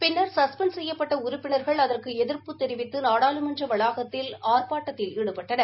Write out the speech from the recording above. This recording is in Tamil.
பின்னர் சஸ்பெண்ட் செய்யப்பட்ட உறுப்பினர்கள் அதற்கு எதிர்ப்பு நாடாளுமன்ற வளாகத்தில் ஆர்ப்பாட்டத்தில் ஈடுபட்டனர்